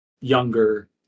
younger